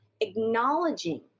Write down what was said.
acknowledging